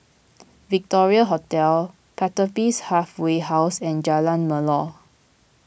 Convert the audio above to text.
Victoria Hotel Pertapis Halfway House and Jalan Melor